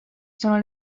sono